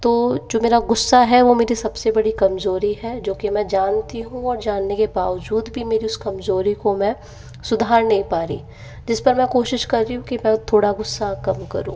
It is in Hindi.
तो जो मेरा गुस्सा है वो मेरी सबसे बड़ी कमज़ोरी है जो कि मैं जानती हूँ और जानने के बावजूद भी मेरी उस कमज़ोरी को मैं सुधार नहीं पा रही जिस पर मैं कोशिश कर रही हूँ मैं थोड़ा गुस्सा कम करूँ